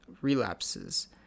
relapses